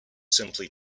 simply